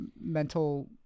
mental